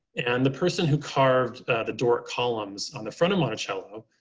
and the person who carved the door columns on the front of monticello,